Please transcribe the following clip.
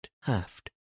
haft